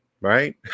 Right